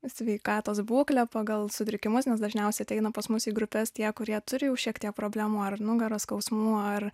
sveikatos būklę pagal sutrikimus nes dažniausiai ateina pas mus į grupes tie kurie turi jau šiek tiek problemų ar nugaros skausmų ar